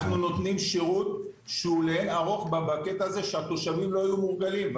אנחנו נותנים שירות שהוא לאין ערוך שהתושבים לא היו מורגלים בו.